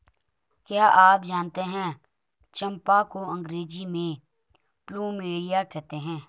क्या आप जानते है चम्पा को अंग्रेजी में प्लूमेरिया कहते हैं?